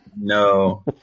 No